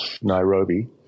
Nairobi